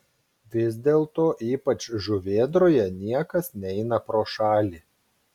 vis dėlto ypač žuvėdroje niekas neina pro šalį